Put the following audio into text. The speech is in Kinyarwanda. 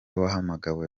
wahamagawe